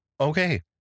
Okay